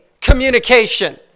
communication